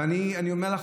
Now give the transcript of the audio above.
אני אומר לך,